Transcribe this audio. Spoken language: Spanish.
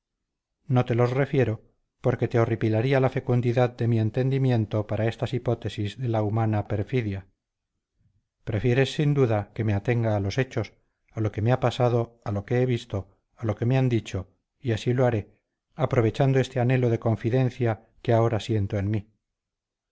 no te los refiero porque te horripilaría la fecundidad de mi entendimiento para estas hipótesis de la humana perfidia prefieres sin duda que me atenga a los hechos a lo que me ha pasado a lo que he visto a lo que me han dicho y así lo haré aprovechando este anhelo de confidencia que ahora siento en mí